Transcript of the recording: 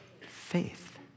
faith